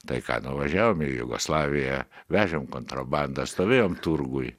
tai ką nuvažiavom į jugoslaviją vežėm kontrabandą stovėjom turguj